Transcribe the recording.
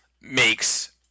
makes